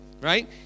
Right